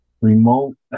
remote